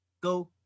go